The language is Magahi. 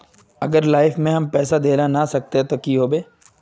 अगर लाइफ में हम पैसा दे ला ना सकबे तब की होते?